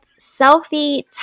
Selfie